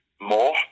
more